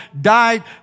died